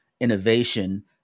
innovation